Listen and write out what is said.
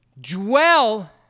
dwell